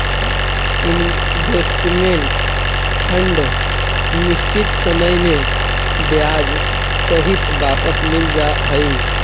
investment fund निश्चित समय में ब्याज सहित वापस मिल जा हई